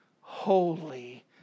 holy